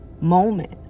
moment